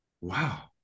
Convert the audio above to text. wow